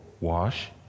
wash